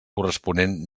corresponent